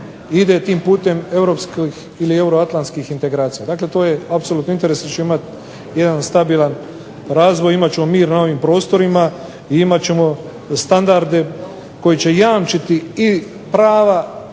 ide tim putem europskih ili euroatlantskih integracija. Dakle, to je apsolutno interes hoće li imati jedan stabilan razvoj, imat ćemo mir na ovim prostorima i imat ćemo standarde koji će jamčiti i prava